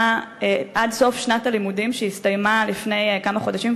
עד סוף שנת הלימודים שהסתיימה לפני כמה חודשים,